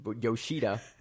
Yoshida